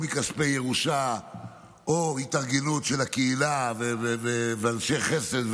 או מכספי ירושה או התארגנות של הקהילה ואנשי חסד,